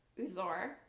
Uzor